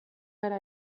gara